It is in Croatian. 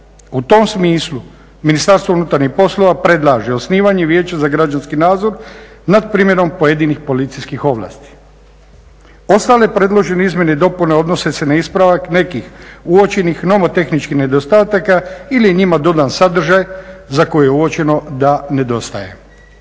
U tom smislu MUP predlaže osnivanje vijeća za građanski nadzor nad primjenom pojedinih policijskih ovlasti. Ostale predložene izmjene i dopune odnose se na ispravak nekih uočenih nomotehničkih nedostataka ili njima dodan sadržaj za koji je uočeno da nedostaje.